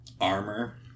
armor